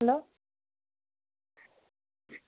hello